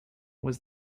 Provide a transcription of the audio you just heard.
was